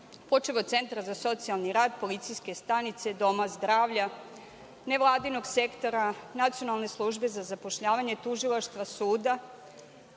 počev od Centra za socijalni rad, policijske stanice, doma zdravlja, nevladinog sektora, nacionalne službe za zapošljavanje, tužilaštva, suda,